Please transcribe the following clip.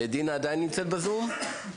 בזום?